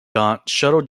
shuttle